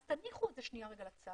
אז תניחו את זה שנייה רגע לצד,